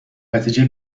نتیجه